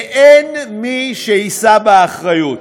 ואין מי שיישא באחריות.